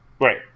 Right